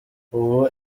ubu